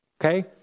Okay